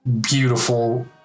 beautiful